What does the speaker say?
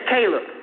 Caleb